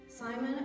Simon